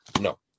No